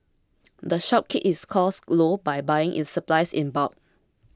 the shop keeps its costs low by buying its supplies in bulk